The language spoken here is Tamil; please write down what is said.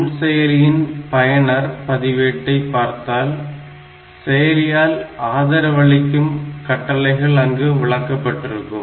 நுண்செயலியின் பயனர் பதிவேடை பார்த்தால் செயலியால் ஆதரவளிக்கும் கட்டளைகள் அங்கு விளக்கப்பட்டிருக்கும்